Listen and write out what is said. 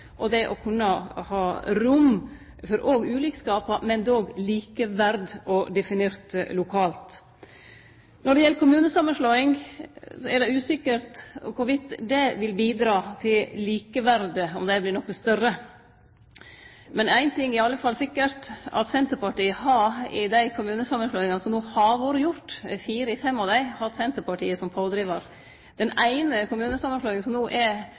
og det å kunne ha rom òg for ulikskapar, men likevel likeverd – og definert lokalt. Når det gjeld kommunesamanslåing, er det usikkert om det vil bidra til likeverdet – om det vert noko større. Men éin ting er i alle fall sikkert – fire av fem av kommunesamanslåingane som har vore gjorde, har hatt Senterpartiet som pådrivar. Den eine kommunesamanslåinga som det no vert arbeidd med, i alle fall som har kome inn til meg, er